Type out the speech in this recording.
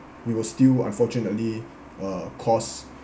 we will still unfortunately uh cause